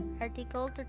Article